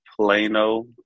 Plano